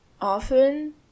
often